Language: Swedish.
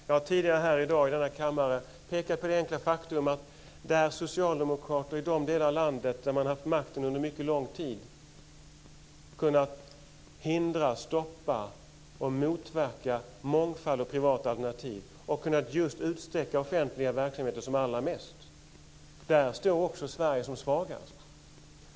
Jag har tidigare i dag i kammaren pekat på det enkla faktum att i de delar av landet där socialdemokrater har haft makten under lång tid har de hindrat, stoppat och motverkat mångfald och privata alternativ och utsträckt de offentliga verksamheterna mest. Där står också Sverige som svagast.